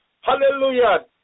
Hallelujah